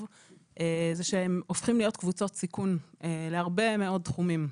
זה שהם הופכים להיות קבוצות סיכון להרבה מאוד תחומים.